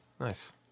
Nice